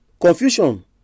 Confusion